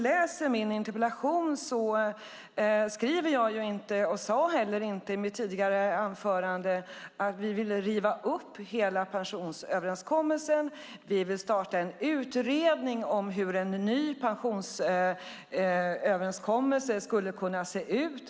I min interpellation skriver jag inte, och jag sade det inte heller i mitt tidigare inlägg, att vi vill riva upp hela pensionsöverenskommelsen, att vi vill starta en utredning om hur en ny pensionsöverenskommelse skulle kunna se ut.